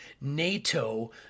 NATO